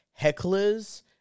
hecklers